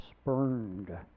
spurned